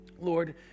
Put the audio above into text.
lord